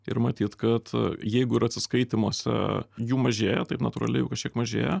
ir matyt kad jeigu ir atsiskaitymuose jų mažėja taip natūraliai kažkiek mažėja